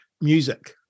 music